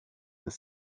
this